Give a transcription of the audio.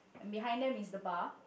behind them is the bar